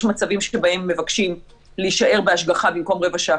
יש מצבים שבהם מבקשים להישאר בהשגחה במקום רבע שעה,